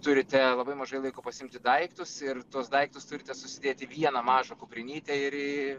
turite labai mažai laiko pasiimti daiktus ir tuos daiktus turite susidėt į vieną mažą kuprinytę ir į